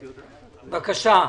בבקשה.